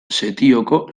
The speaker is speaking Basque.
setioko